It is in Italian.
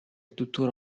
tuttora